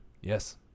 Yes